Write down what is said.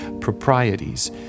proprieties